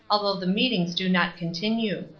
although the meetings do not continue.